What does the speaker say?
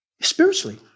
Spiritually